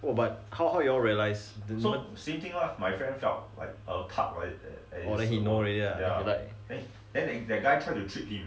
oh but how how do you all realise then he know already lah